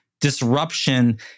Disruption